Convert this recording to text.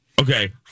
Okay